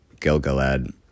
Gilgalad